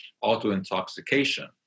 auto-intoxication